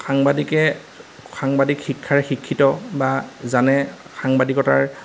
সাংবাদিকে সাংবাদিক শিক্ষাৰে শিক্ষিত বা জানে সাংবাদিকতাৰ